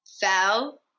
fell